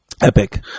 Epic